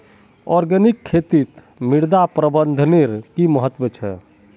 organic खेतीत मृदा प्रबंधनेर कि महत्व छे